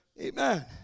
amen